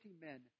men